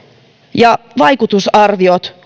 on vaikutusarviot